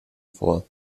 vor